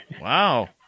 Wow